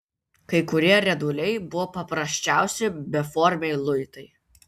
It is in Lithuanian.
kai kurie rieduliai buvo paprasčiausi beformiai luitai